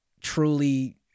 truly